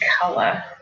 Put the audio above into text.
color